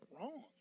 wrong